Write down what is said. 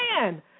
man